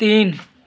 तीन